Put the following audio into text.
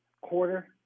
quarter